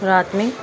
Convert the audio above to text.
رات میں